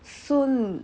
soon